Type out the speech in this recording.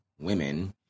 women